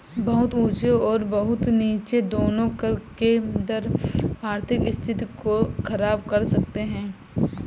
बहुत ऊँचे और बहुत नीचे दोनों कर के दर आर्थिक स्थिति को ख़राब कर सकते हैं